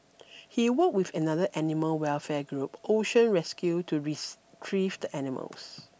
he worked with another animal welfare group Ocean Rescue to retrieve the animals